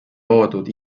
loodud